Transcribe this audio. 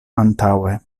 antaŭe